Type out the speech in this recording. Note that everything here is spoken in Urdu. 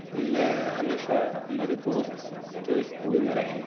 میں ہمیشہ میرے دوست جو اسکول میں رہے ہیں